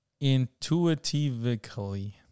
Intuitively